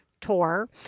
tour